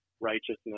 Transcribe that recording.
righteousness